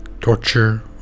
Torture